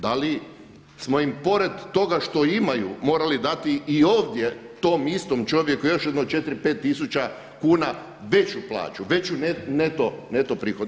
Da li smo im pored toga što imaju morali dati i ovdje tom istom čovjeku još jedno 4, 5 tisuća kuna veću plaću, veći neto prihod.